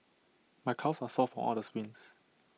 my calves are sore from all the sprints